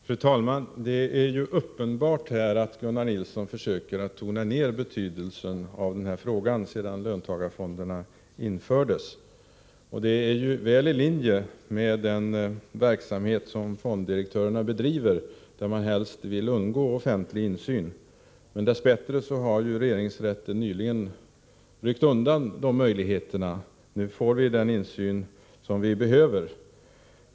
Fru talman! Det är uppenbart att Gunnar Nilsson försöker tona ned betydelsen av den här frågan sedan löntagarfonderna infördes. Det är ju väl i linje med den verksamhet som fonddirektörerna bedriver, där man helst vill undgå offentlig insyn. Dess bättre har regeringsrätten nyligen ryckt undan möjligheterna för detta. Nu får vi den insyn som vi behöver.